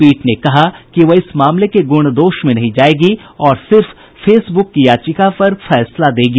पीठ ने कहा कि वह इस मामले के गुण दोष में नहीं जायेगी और सिर्फ फेसबुक की याचिका पर फैसला देगी